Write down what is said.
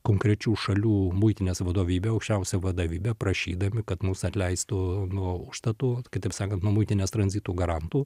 konkrečių šalių muitinės vadovybę aukščiausią vadovybę prašydami kad mus atleistų nuo užstatų kitaip sakant nuo muitinio tranzitų garantų